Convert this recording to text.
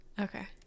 Okay